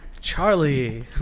Charlie